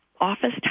Office